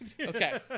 Okay